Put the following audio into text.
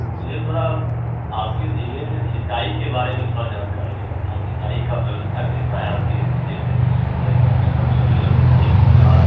मुझे थोड़ा आपके जिले के सिंचाई के बारे में थोड़ा जानकारी लेना था सिंचाई का व्यवस्था कैसा है आपके जिले में सिंचाई का सिस्टम सब जगह सिंचाई पहुँचा